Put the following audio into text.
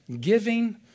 giving